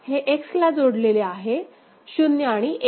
हे X ला जोडलेले आहे 0 आणि 1